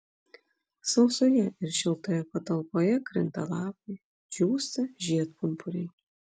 sausoje ir šiltoje patalpoje krinta lapai džiūsta žiedpumpuriai